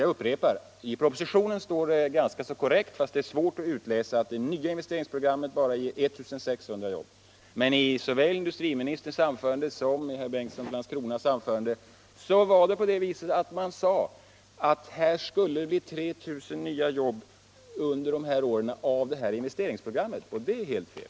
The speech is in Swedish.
Jag upprepar: I propositionen är det uttryckt ganska korrekt — fast det är svårt att utläsa — att det nya investeringsprogrammet bara ger 1 600 jobb. Men såväl industriministern som herr Bengtsson i Landskrona sade att det skulle bli 3 000 nya jobb under de här åren av investeringsprogrammet. Och det är helt fel.